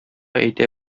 әйтә